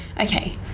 okay